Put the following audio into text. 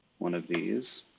one of these.